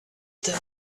the